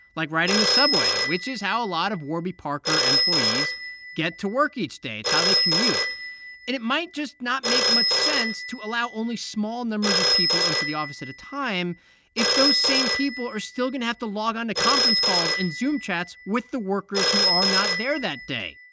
like riding the subway, which is how a lot of warby parker employees get to work each day. it's how they commute. and it might just not make much sense to allow only small numbers of people into the office at a time if those same people are still going to have to log on to conference calls and zoom chats with the workers who are not there that day,